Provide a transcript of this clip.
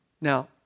Now